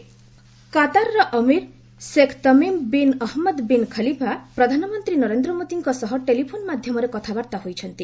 India Qatar କାତାରର ଅମୀର Sheikh Tamim bin Ahmad bin Khalifa ପ୍ରଧାନମନ୍ତ୍ରୀ ନରେନ୍ଦ୍ର ମୋଦିଙ୍କ ସହ ଟେଲିଫୋନ୍ ମାଧ୍ୟମରେ କଥାବାର୍ତ୍ତା ହୋଇଛନ୍ତି